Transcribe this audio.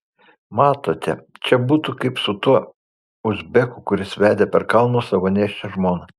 matote čia būtų kaip su tuo uzbeku kuris vedė per kalnus savo nėščią žmoną